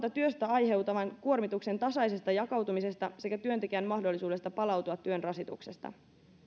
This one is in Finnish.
työstä aiheutuvan kuormituksen tasaisesta jakautumisesta sekä työntekijän mahdollisuudesta palautua työn rasituksesta